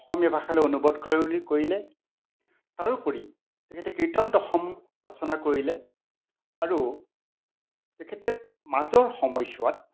অসমীয়া ভাষালৈ অনুবাদ কৰে বুলি কৰিলে তাৰোপৰি তেখেতে কীৰ্তন দশম ৰচনা কৰিলে আৰু তেখেতে মাজৰ সময়ছোৱাত